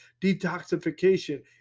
detoxification